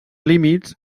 límits